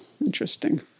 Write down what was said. interesting